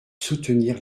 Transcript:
soutenir